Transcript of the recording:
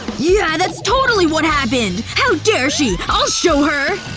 yeah. that's totally what happened! how dare she! i'll show her!